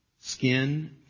Skin